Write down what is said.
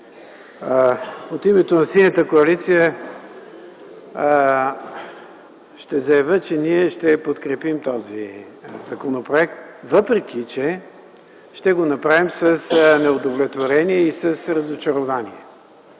От името на Синята коалиция ще заявя, че ние ще подкрепим този законопроект, въпреки че ще го направим с неудовлетворение и с разочарование,